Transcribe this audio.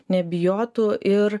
nebijotų ir